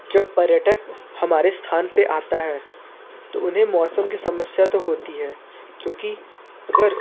जब पर्यटक हमारे स्थान पर आता है तो उन्हें मौसम की समस्या तो होती है क्योंकि अगर